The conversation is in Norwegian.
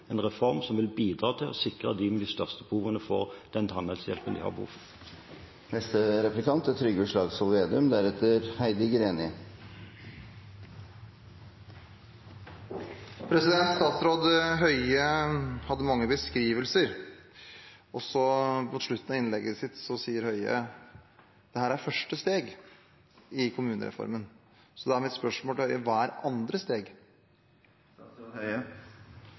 en reform som vil bidra til å sikre dem med de største behovene for den tannhelsehjelpen de har behov for. Statsråd Høie hadde mange beskrivelser, og mot slutten av innlegget sitt sier han: Dette er første steg i kommunereformen. Da er mitt spørsmål til Høie: Hva er andre steg?